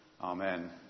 Amen